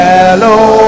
Hello